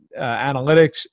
analytics